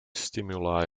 stimuli